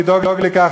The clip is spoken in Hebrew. לדאוג לכך,